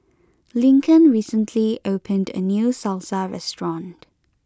Lincoln recently opened a new Salsa restaurant